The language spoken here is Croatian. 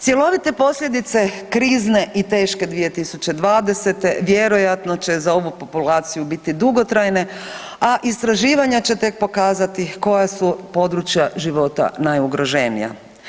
Cjelovite posljedice krizne i teške 2020.-te vjerojatno će za ovu populaciju biti dugotrajne, a istraživanja će tek pokazati koja su područja života najugroženija.